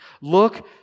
Look